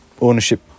ownership